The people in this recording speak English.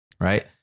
right